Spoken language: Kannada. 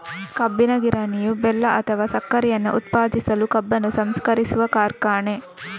ಕಬ್ಬಿನ ಗಿರಣಿಯು ಬೆಲ್ಲ ಅಥವಾ ಸಕ್ಕರೆಯನ್ನ ಉತ್ಪಾದಿಸಲು ಕಬ್ಬನ್ನು ಸಂಸ್ಕರಿಸುವ ಕಾರ್ಖಾನೆ